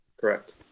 Correct